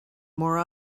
more